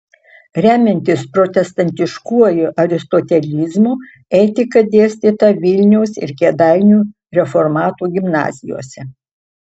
remiantis protestantiškuoju aristotelizmu etika dėstyta vilniaus ir kėdainių reformatų gimnazijose